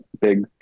big